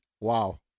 Wow